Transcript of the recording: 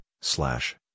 slash